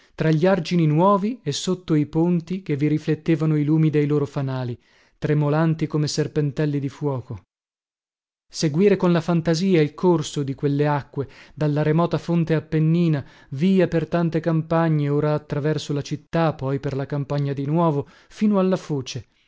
tra gli argini nuovi e sotto i ponti che vi riflettevano i lumi dei loro fanali tremolanti come serpentelli di fuoco seguire con la fantasia il corso di quelle acque dalla remota fonte apennina via per tante campagne ora attraverso la città poi per la campagna di nuovo fino alla foce